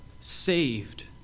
saved